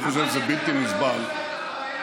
כל הזמן מסית.